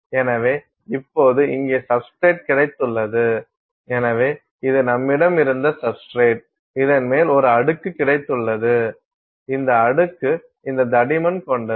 எனவே இப்போது இங்கே சப்ஸ்டிரேட் கிடைத்துள்ளது எனவே இது நம்மிடம் இருந்த சப்ஸ்டிரேட் இதன் மேல் ஒரு அடுக்கு கிடைத்துள்ளது இந்த அடுக்கு இந்த தடிமன் கொண்டது